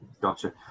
Gotcha